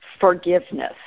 forgiveness